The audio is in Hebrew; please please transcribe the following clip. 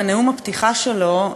בנאום הפתיחה שלו,